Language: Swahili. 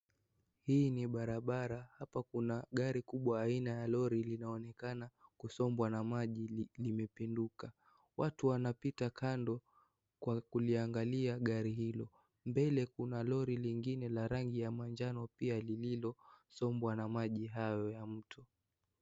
Hii ni Barbara hapa kuna gari kubwa aina ya lori linaonekana kusombwa na maji limepinduka, watu wanapita kando kwa kuliangalia gari hilo mbele kuna lori lingine la rangi ya manjano pia lilosombwa na maji hayo ya mto.